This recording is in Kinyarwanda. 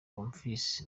bonfils